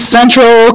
Central